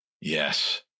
Yes